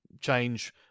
change